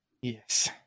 Yes